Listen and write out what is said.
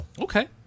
Okay